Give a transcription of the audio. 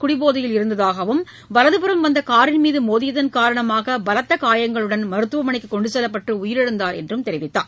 குடிபோதையில் இருந்ததாகவும் வலதுபுறம் வந்த காரின் மீது மோதியதன் காரணமாக பலத்த காயங்களுடன் மருத்துவமனைக்கு கொண்டு செல்லப்பட்டு உயிரிழந்தார் என்றும் தெரிவித்துள்ளார்